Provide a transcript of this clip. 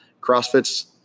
CrossFit's